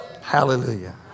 Hallelujah